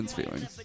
feelings